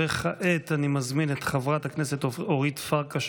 כעת אני מזמין את חברת הכנסת אורית פרקש